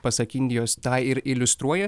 pasak indijos tą ir iliustruoja